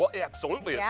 so absolutely. yeah